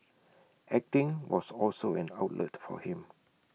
acting was also an outlet for him